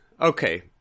okay